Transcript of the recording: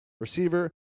receiver